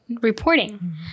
reporting